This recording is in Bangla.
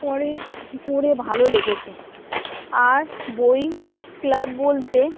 পড়ে পড়ে ভালো লেগেছে আর বই ক্লাব বলতে